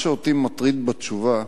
מה שאותי מטריד בתשובה,